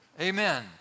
Amen